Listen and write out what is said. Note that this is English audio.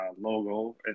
logo